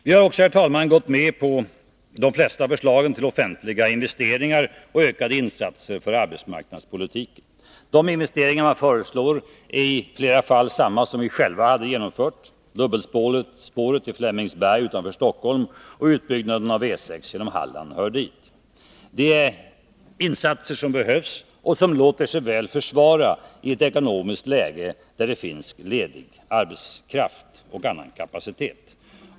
Vi har också, herr talman, gått med på de flesta förslagen till offentliga investeringar och ökade insatser för arbetsmarknadspolitiken. De investeringar man föreslår är i flera fall samma som vi själva skulle ha genomfört. Dubbelspåret till Flemingsberg utanför Stockholm och en utbyggnad av E 6 genom Halland hör dit. Det är insatser som behövs och som låter sig väl försvara i ett ekonomiskt läge där det finns ledig arbetskraft och annan kapacitet.